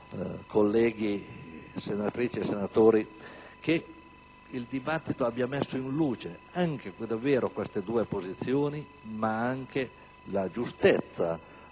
colleghi senatrici e senatori, che il dibattito abbia messo in luce queste due posizioni, ma anche la giustezza